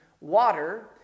water